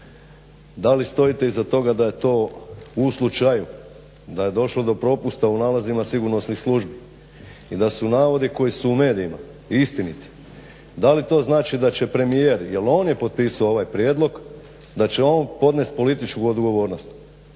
da li stojite iza toga da je to u slučaju da je došlo do propusta u nalazima sigurnosnih službi i da su navodi koji su u medijima istiniti, da li to znači da će premijer, jer on je potpisao ovaj prijedlog, da će on podnest političku odgovornost.